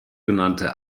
genannte